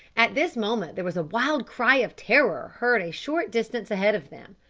at this moment there was a wild cry of terror heard a short distance ahead of them.